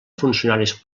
funcionaris